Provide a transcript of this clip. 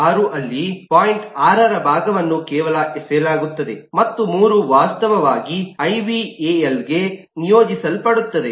6 ಅಲ್ಲಿ ಪಾಯಿಂಟ್ 6 ರ ಭಾಗವನ್ನು ಕೇವಲ ಎಸೆಯಲಾಗುತ್ತದೆ ಮತ್ತು 3 ವಾಸ್ತವವಾಗಿ ಐ ವಿ ಎ ಎಲ್ ಗೆ ನಿಯೋಜಿಸಲ್ಪಡುತ್ತದೆ